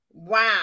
wow